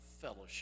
fellowship